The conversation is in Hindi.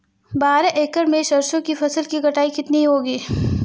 बारह एकड़ में सरसों की फसल की कटाई कितनी होगी?